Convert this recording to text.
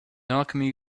alchemy